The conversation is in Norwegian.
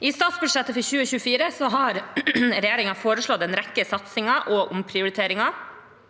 I statsbudsjettet for 2024 har regjeringen foreslått en rekke satsinger og omprioriteringer.